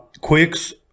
Quicks